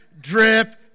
drip